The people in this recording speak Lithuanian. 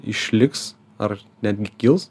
išliks ar netgi kils